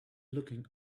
looking